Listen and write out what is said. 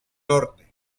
norte